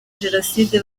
jenoside